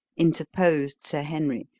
interposed sir henry.